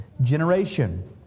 generation